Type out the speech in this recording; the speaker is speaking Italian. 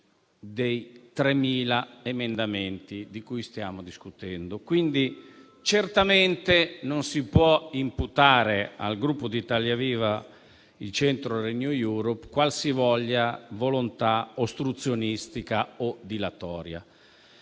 dei 3.000 emendamenti di cui stiamo discutendo. Quindi certamente non si può imputare al Gruppo di Italia Viva-Il Centro-Renew Europe qualsivoglia volontà ostruzionistica o dilatoria.